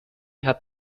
hat